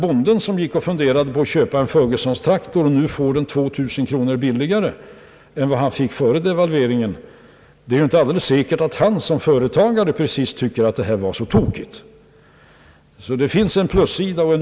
Bonden som funderar på att köpa en Fergusontraktor får den nu 2000 kronor billigare än före devalveringen. Det är inte säkert att han som företagare anser att detta är så tokigt.